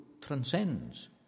transcends